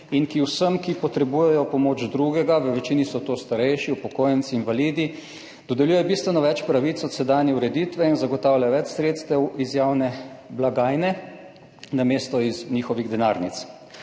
in ki vsem, ki potrebujejo pomoč drugega, v večini so to starejši, upokojenci, invalidi, dodeljuje bistveno več pravic od sedanje ureditve in zagotavlja več sredstev iz javne blagajne namesto iz njihovih denarnic.